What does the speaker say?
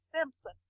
simpson